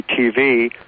TV